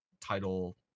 title